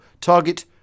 Target